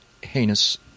heinous